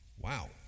Wow